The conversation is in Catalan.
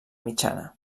mitjana